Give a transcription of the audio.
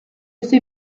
sue